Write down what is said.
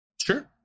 sure